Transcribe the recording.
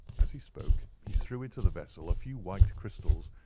as he spoke, he threw into the vessel a few white crystals,